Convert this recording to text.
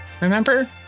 remember